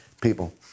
people